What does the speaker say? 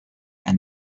and